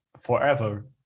forever